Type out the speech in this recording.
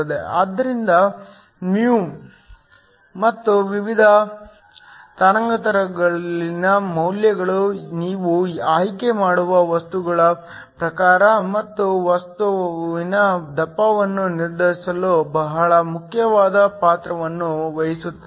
ಆದ್ದರಿಂದ ಮು ಮತ್ತು ವಿವಿಧ ತರಂಗಾಂತರಗಳಲ್ಲಿನ ಮೌಲ್ಯಗಳು ನೀವು ಆಯ್ಕೆ ಮಾಡುವ ವಸ್ತುಗಳ ಪ್ರಕಾರ ಮತ್ತು ವಸ್ತುವಿನ ದಪ್ಪವನ್ನು ನಿರ್ಧರಿಸುವಲ್ಲಿ ಬಹಳ ಮುಖ್ಯವಾದ ಪಾತ್ರವನ್ನು ವಹಿಸುತ್ತದೆ